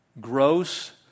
Gross